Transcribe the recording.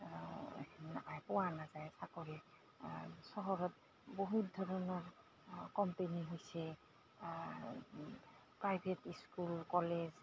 পোৱা নাযায় চাকৰি চহৰত বহুত ধৰণৰ কোম্পেনী হৈছে প্ৰাইভেট স্কুল কলেজ